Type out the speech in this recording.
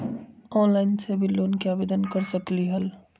Online से भी loan के आवेदन कर सकलीहल?